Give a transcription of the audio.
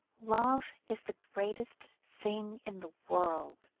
love is the greatest thing in the world,